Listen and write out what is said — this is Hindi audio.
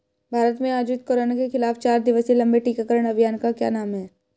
भारत में आयोजित कोरोना के खिलाफ चार दिवसीय लंबे टीकाकरण अभियान का क्या नाम है?